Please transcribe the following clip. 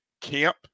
camp